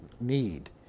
need